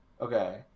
okay